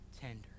tender